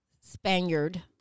Spaniard